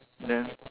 then